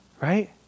right